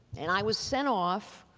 and i was sent off